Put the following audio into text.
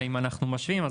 נגיד אם אנחנו משווים,